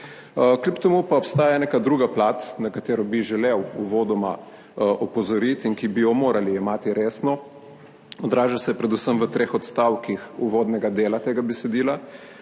Kljub temu pa obstaja neka druga plat, na katero bi želel uvodoma opozoriti in ki bi jo morali jemati resno, odraža se predvsem v treh odstavkih uvodnega dela tega besedila.